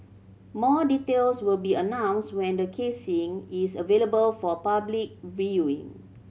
more details will be announced when the casing is available for public viewing